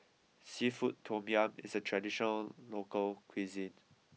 Seafood Tom Yum is a traditional local cuisine